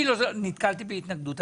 אני לא נתקלתי בהתנגדות.